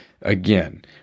Again